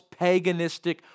paganistic